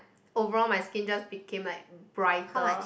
overall my skin just became like brighter